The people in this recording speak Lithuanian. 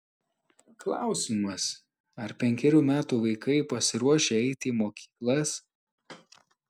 klausimas ar penkerių metų vaikai pasiruošę eiti į mokyklas